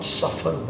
suffer